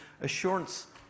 assurance